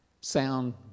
Sound